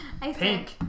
Pink